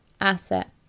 asset